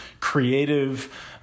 creative